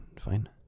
fine